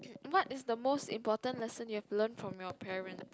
what is the most important lesson you have learnt from your parents